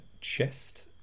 chest